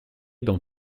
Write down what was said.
dans